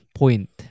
point